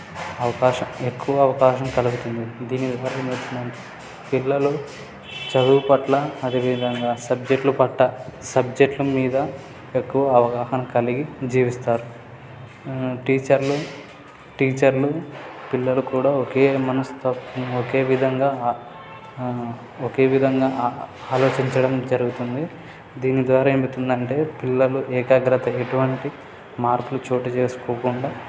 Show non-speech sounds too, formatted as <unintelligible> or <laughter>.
అవకాశం ఎక్కువ అవకాశం కలుగుతుంది దీని ద్వారా <unintelligible> పిల్లలు చదువు పట్ల అదే విధంగా సబ్జెక్టులు పట్ల సబ్జెక్టుల మీద ఎక్కువ అవగాహన కలిగి జీవిస్తారు టీచర్లు టీచర్లు పిల్లలు కూడా ఒకే మనస్తత్వం ఒకే విధంగా ఒకే విధంగా ఆలోచించడం జరుగుతుంది దీని ద్వారా ఏమవుతుంది అంటే పిల్లలు ఏకాగ్రత ఎటువంటి మార్పులు చోటు చేసుకోకుండా